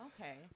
Okay